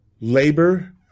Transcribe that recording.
labor